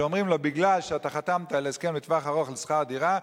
שאומרים לו: מכיוון שאתה חתמת על הסכם לטווח ארוך על שכר דירה,